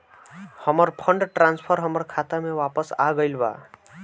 हमर fund transfer हमर खाता में वापस आ गईल बा